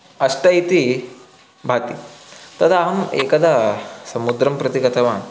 अष्ट इति भाति तदा अहम् एकदा समुद्रं प्रति गतवान्